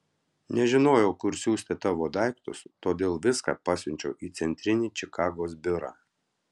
nežinojau kur siųsti tavo daiktus todėl viską pasiunčiau į centrinį čikagos biurą